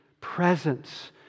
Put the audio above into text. presence